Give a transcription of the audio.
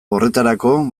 horretarako